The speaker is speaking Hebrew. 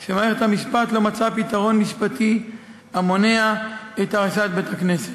על כך שמערכת המשפט לא מצאה פתרון משפטי המונע את הריסת בית-הכנסת.